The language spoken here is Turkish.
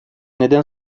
neden